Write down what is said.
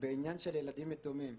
בעניין של ילדים יתומים.